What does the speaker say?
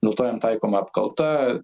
dėl to jam taikoma apkalta